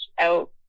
out